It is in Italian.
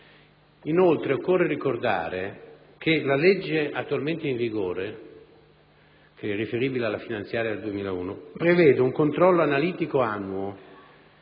Inoltre occorre ricordare che la legge attualmente in vigore, che è riferibile alla finanziaria 2001, prevede un controllo analitico annuo